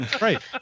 Right